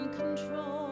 control